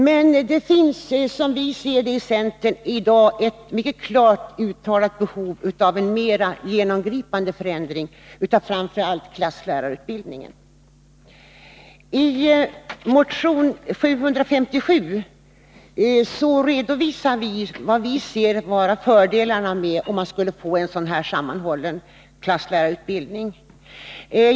Men det finns, som vi i centern ser det, i dag ett mycket klart uttalat behov av en mera genomgripande förändring av framför allt klasslärarutbildningen. I motion 757 redovisar vi fördelarna med en sådan här sammanhållen klasslärarutbildning.